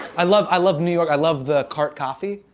i love i love new york. i love the cart coffee.